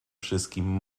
wszystkim